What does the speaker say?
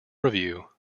review